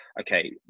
okay